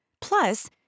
Plus